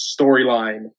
storyline